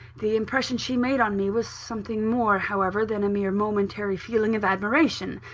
the impression she made on me was something more, however, than a mere momentary feeling of admiration.